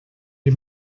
die